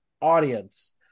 audience